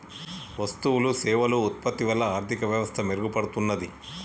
వస్తువులు సేవలు ఉత్పత్తి వల్ల ఆర్థిక వ్యవస్థ మెరుగుపడుతున్నాది